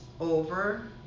over